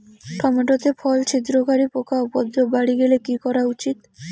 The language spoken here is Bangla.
টমেটো তে ফল ছিদ্রকারী পোকা উপদ্রব বাড়ি গেলে কি করা উচিৎ?